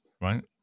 right